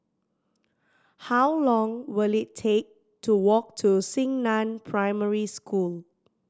how long will it take to walk to Xingnan Primary School